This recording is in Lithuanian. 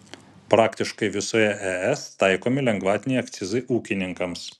praktiškai visoje es taikomi lengvatiniai akcizai ūkininkams